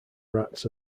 rats